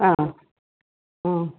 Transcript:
ആ